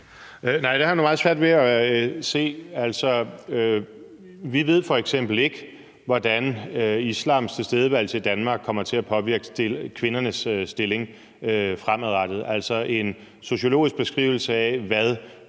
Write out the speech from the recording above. Nej, det har jeg nu meget svært ved at se. Vi ved f.eks. ikke, hvordan islams tilstedeværelse i Danmark kommer til at påvirke kvindernes stilling fremadrettet, altså med hensyn til en sociologisk beskrivelse af, hvordan